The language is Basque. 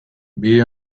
bide